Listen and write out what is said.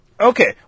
Okay